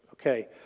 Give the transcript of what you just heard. okay